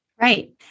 right